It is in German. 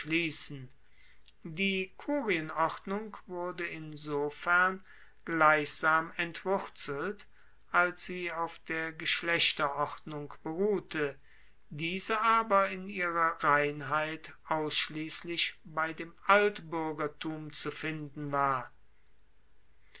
die kurienordnung wurde insofern gleichsam entwurzelt als sie auf der geschlechterordnung beruhte diese aber in ihrer reinheit ausschliesslich bei dem altbuergertum zu finden war